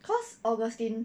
cause augustine